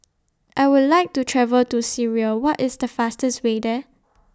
I Would like to travel to Syria What IS The fastest Way There